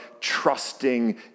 trusting